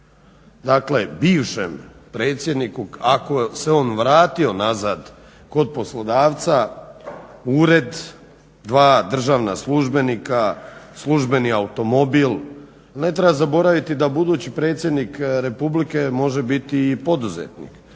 će bivšem predsjedniku ako se on vratio nazad kod poslodavca ured, dva državna službenika, službeni automobil. Ne treba zaboraviti da budući predsjednik Republike može biti i poduzetnik,